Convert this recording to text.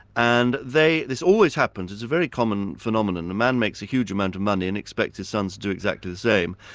and they this always happens, it's a very common phenomenon a man makes a huge amount of money and expects the son to do exactly the same.